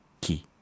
key